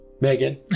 Megan